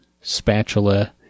spatula